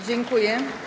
Dziękuję.